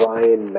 Ryan